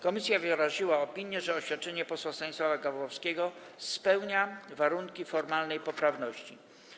Komisja wyraziła opinię, że oświadczenie posła Stanisława Gawłowskiego spełnia warunki formalnej poprawności.